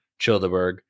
Childeberg